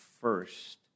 first